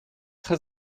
très